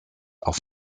auf